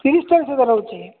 ତିରିଶି ଚାଳିଶି ହଜାର ହେଉଛି